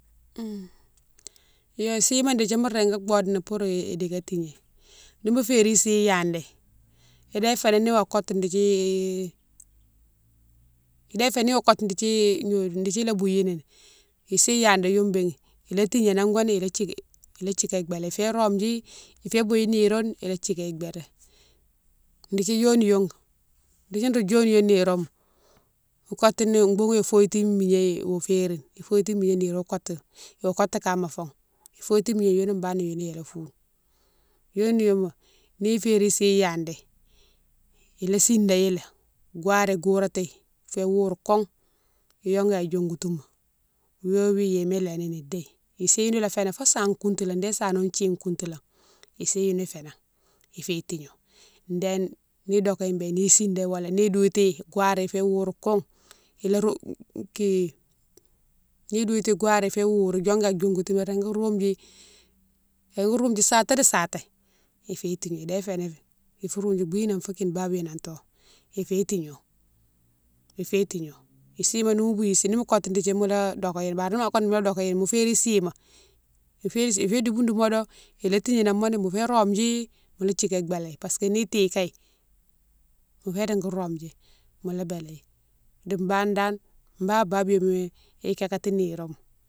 yo sima dékdi mo régui bode ni pourou idika tigné, ni mo férine si yadi idé fénan, ni wo kotou dékdi, idé fénan ni kotou dékdi gnodiou, dékdi ila boughi niné, isi yadi youne béne ila tigna nan koni, ila thiké, ila thiké bélé ifiyé rome dji, ifé bou nirone, ila thiké ibélé, dékdi yoni yone, dékdi nro dioniyone niroma mo kotouni boughoune ifouye tine migné iwa férine, ifouye tine migné nire wo kotou, iwa kotou kama fan, fouye tine migné younou bane né younou yélé foune. dioniyoma ni férine isi yadi, ila sidéyi lé wari kouratighi fé wourou kon, yongoughi an diongoutouma, wi wo wi yéma iléni ni idéye, isi ghoune la fénan fo same koutoula dé sano thine koutoulane isi younne fénan ifé tigné déye li dokéhi béné ni sidé wala ni douiltighi waré fé kourou kon ila rome ki, ni douilti iwari fo wourou diongou an diongoutou bété ka roume dji, iwou roume dji saté di saté ifé tigné idé fénan ifou roume dji binan fou kine babiyone anto ifiyé tigno, ifiyé tigno isima nimo bouyi si nimo kotou dékdi mola dokoghi bari ni ma kotou mola dokéghi mo féri sima, féri si ifé douboune di modo ila tigné nan mone mo fiyé rome dji mola thiké ghi bélé parce que ni tigné kaye mo fiyé régui rome dji mola béléghi di bane dane bane babiyoma ikakati niroma.